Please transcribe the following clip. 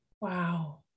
wow